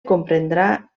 comprendrà